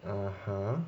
(uh huh)